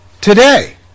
today